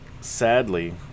Sadly